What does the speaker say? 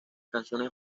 canciones